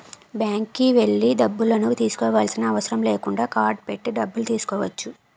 బ్యాంక్కి వెళ్లి డబ్బులను తీసుకోవాల్సిన అవసరం లేకుండా కార్డ్ పెట్టి డబ్బులు తీసుకోవచ్చు